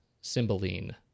Cymbeline